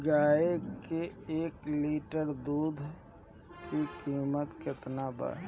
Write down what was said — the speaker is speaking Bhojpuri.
गाए के एक लीटर दूध के कीमत केतना बा?